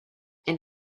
and